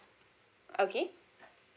okay